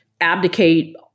abdicate